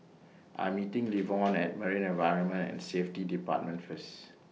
I'm meeting Levon At Marine Environment and Safety department First